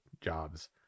jobs